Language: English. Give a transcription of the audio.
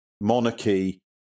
monarchy